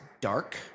dark